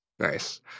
Nice